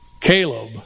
Caleb